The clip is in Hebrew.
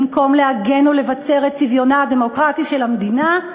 במקום להגן ולבצר את צביונה הדמוקרטי של המדינה,